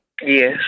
Yes